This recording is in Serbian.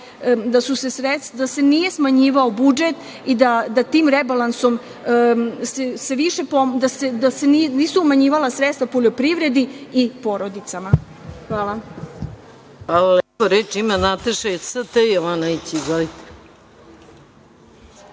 da se nije smanjivao budžet i da se tim rebalansom nisu umanjivala sredstva poljoprivredi i porodicama. Hvala.